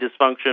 dysfunction